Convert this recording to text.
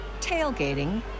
tailgating